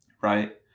right